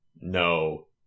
No